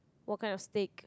what kind of steak